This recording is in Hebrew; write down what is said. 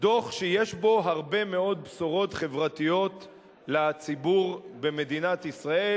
שיש בו הרבה מאוד בשורות חברתיות לציבור במדינת ישראל,